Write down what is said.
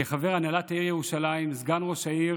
כחבר הנהלת העיר ירושלים, סגן ראש העיר